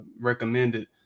recommended